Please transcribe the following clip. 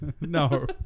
no